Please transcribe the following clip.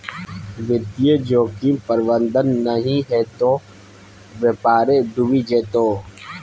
वित्तीय जोखिम प्रबंधन नहि हेतौ त बेपारे डुबि जेतौ